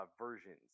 versions